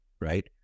right